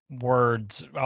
words